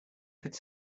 could